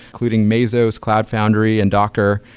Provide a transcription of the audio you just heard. including mesos, cloud foundry and docker.